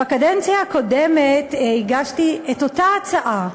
בקדנציה הקודמת הגשתי את אותה הצעה,